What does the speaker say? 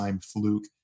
fluke